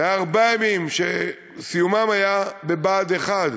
בארבעה ימים שסיומם היה בבה"ד 1,